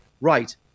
right